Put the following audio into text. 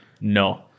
No